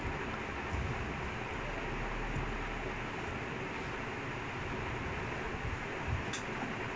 he was so cool on the ball like he was like so people will say அவன் தான்:avan dhaan like badly gifted such a good player then he's a